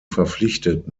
verpflichtet